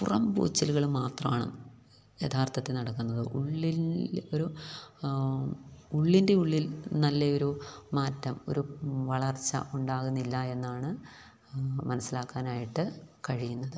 പുറംപൂച്ചുകള് മാത്രമാണ് യഥാർത്ഥത്തില് നടക്കുന്നത് ഉള്ളിലൊരു ഉള്ളിൻ്റെയുള്ളിൽ നല്ലയൊരു മാറ്റം ഒരു വളർച്ച ഉണ്ടാകുന്നില്ലെന്നാണ് മനസ്സിലാക്കാനായിട്ട് കഴിയുന്നത്